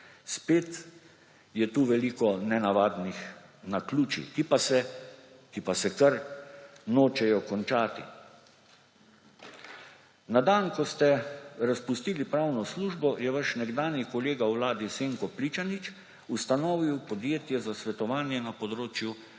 Spet je tu veliko nenavadnih naključij, ki pa se kar nočejo končati. Na dan, ko ste razpustili pravno službo, je vaš nekdanji kolega v vladi Jesenko Pličanič, ustanovil podjetje za svetovanje na področju varstva